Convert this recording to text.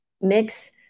mix